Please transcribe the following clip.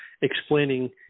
explaining